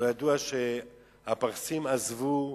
הלוא ידוע שהפרסים עזבו מיליארדים,